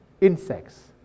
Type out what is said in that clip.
insects